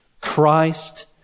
Christ